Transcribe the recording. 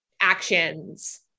actions